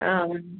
ആ ആ